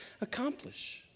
accomplish